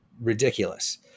ridiculous